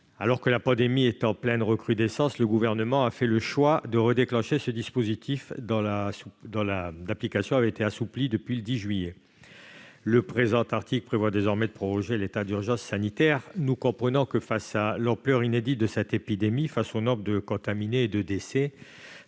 Alors que la pandémie est en pleine recrudescence, le Gouvernement a fait le choix de déclencher de nouveau ce dispositif, dont l'application a été assouplie depuis le 10 juillet. Le présent article prévoit de proroger l'état d'urgence sanitaire. Nous comprenons que, face à l'ampleur inédite de cette épidémie, au nombre de contaminés et de décès,